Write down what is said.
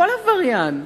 לכל עבריין,